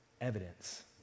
evidence